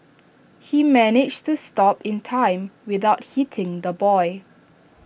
he managed to stop in time without hitting the boy